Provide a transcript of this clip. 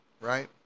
right